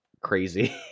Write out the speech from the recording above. crazy